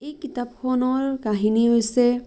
এই কিতাপখনৰ কাহিনী হৈছে